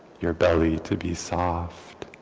your belly to be soft,